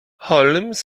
holmes